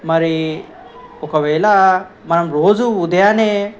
మరి ఒకవేళ మనం రోజు ఉదయాన్నే